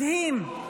מדהים.